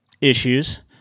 issues